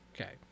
Okay